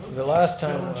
the last time